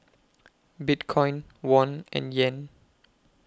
Bitcoin Won and Yen